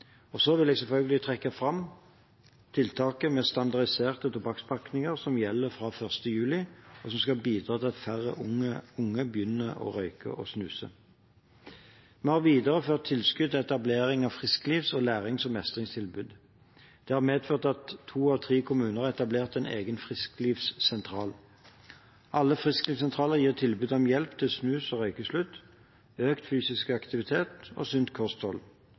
og så vil jeg selvfølgelig trekke fram tiltaket med standardiserte tobakkspakninger som gjelder fra 1. juli, og som skal bidra til at færre unge begynner å røyke og snuse. Vi har videreført tilskudd til etablering av frisklivstilbud og lærings- og mestringstilbud. Det har medført at to av tre kommuner har etablert en egen frisklivssentral. Alle frisklivssentralene gir tilbud om hjelp til snus- og røykeslutt, økt fysisk aktivitet og sunt kosthold,